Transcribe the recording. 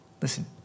Listen